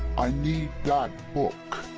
i need that book.